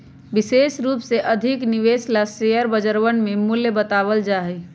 विशेष रूप से अधिक निवेश ला शेयर बजरवन में मूल्य बतावल जा हई